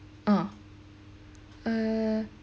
mm um